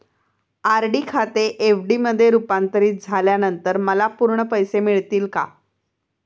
RD खाते FD मध्ये रुपांतरित झाल्यानंतर मला पूर्ण पैसे मिळतील का?